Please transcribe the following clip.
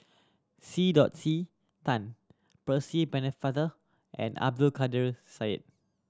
C C Tan Percy Pennefather and Abdul Kadir Syed